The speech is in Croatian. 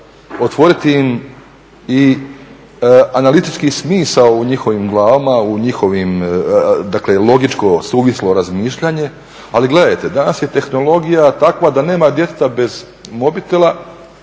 otvoriti im i analitički smisao u njihovim glavama, u njihovim dakle logičko suvislo razmišljanje. Ali gledajte, danas je tehnologija takva da nema djeteta bez mobitela,